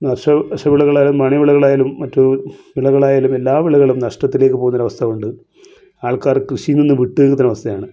കർഷ കാർഷികവിളകളായാലും നാണ്യ വിളകളായാലും മറ്റ് വിളകളായാലും എല്ലാ വിളകളും നഷ്ട്ടത്തിലേക്ക് പോകുന്ന ഒരവസ്ഥ കൊണ്ട് ആൾക്കാർ കൃഷിയിൽ നിന്ന് വിട്ട് നിൽക്കുന്ന അവസ്ഥയാണ്